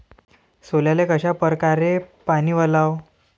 सोल्याले कशा परकारे पानी वलाव?